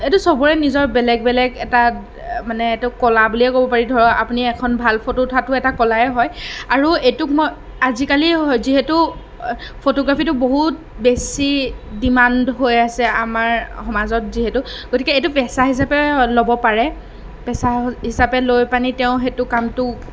এইটো চবৰ নিজৰ বেলেগ বেলেগ এটা মানে এইটো কলা বুলিয়েই ক'ব পাৰি ধৰক আপুনি এখন ভাল ফটো উঠাটোও এটা কলাই হয় আৰু এইটোক মই আজিকালি যিহেতু ফটোগ্ৰাফীটো বহুত বেছি ডিমাণ্ড হৈ আছে আমাৰ সমাজত যিহেতু গতিকে এইতো পেছা হিচাপে ল'ব পাৰে পেছা হিচাপে লৈ পানি তেওঁ সেইটো কামটো